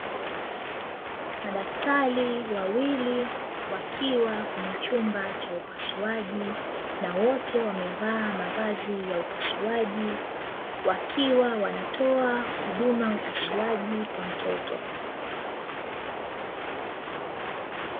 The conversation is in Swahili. Madaktari wawili wakiwa katika chumba cha upasuaji, na wote wamevaa mavazi ya upasuaji, wakiwa wanatoa huduma ya upasuaji kwa mtoto.